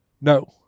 No